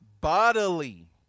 bodily